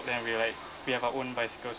then we will like we have our own bicycles